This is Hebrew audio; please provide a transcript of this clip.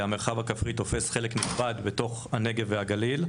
המרחב הכפרי תופס חלק נכבד בתוך הנגב והגליל,